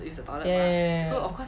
ya ya ya ya